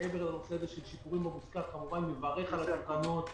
מעבר לעניין השיפורים במושכר אני כמובן מברך על התקנות.